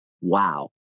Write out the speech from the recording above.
Wow